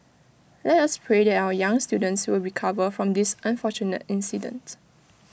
let us pray that our young students will recover from this unfortunate incident